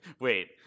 wait